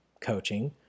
coaching